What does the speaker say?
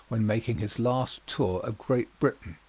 when making his last tour of great britain.